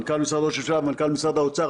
מנכ"ל משרד ראש הממשלה ומנכ"ל משרד האוצר,